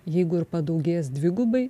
jeigu ir padaugės dvigubai